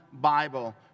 Bible